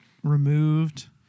removed